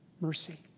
mercy